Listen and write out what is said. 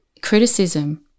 criticism